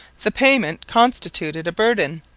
the payment constituted a burden,